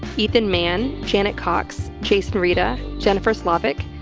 ethan mann, janet cox, chase merita, jennifer slavic,